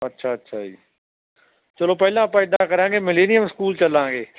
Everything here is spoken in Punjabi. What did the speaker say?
ਅੱਛਾ ਅੱਛਾ ਜੀ ਚਲੋ ਪਹਿਲਾਂ ਆਪਾਂ ਇੱਦਾਂ ਕਰਾਂਗੇ ਮਲੇਨੀਅਮ ਸਕੂਲ ਚਲਾਂਗੇ